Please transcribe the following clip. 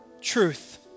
truth